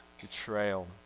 Betrayal